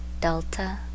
DELTA